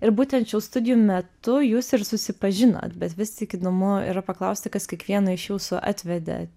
ir būtent šių studijų metu jūs ir susipažinot bet vis tik įdomu yra paklausti kas kiekvieną iš jūsų atvedė